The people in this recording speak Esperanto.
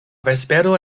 vespero